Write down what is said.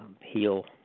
heal